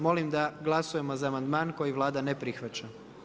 Molim da glasujmo za amandman koji Vlada ne prihvaća.